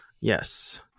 Yes